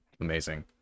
amazing